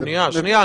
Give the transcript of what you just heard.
שנייה, שנייה.